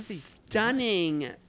stunning